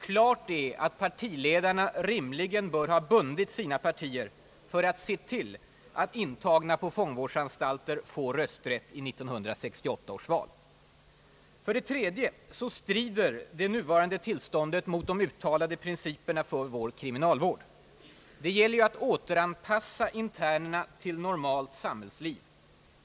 Klart är att partiledarna rimligen bör ha bundit sina partier för att se till att intagna på fångvårdsanstalter får rösträtt vid 1968 års val. För det tredje strider det nuvarande tillståndet mot de uttalade principerna för vår kriminalvård. Det gäller ju att återanpassa internerna till normalt samhällsliv.